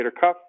cuff